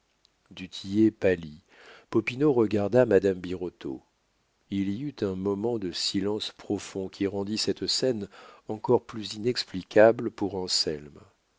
pâlit popinot regarda madame birotteau il y eut un moment de silence profond qui rendit cette scène encore plus inexplicable pour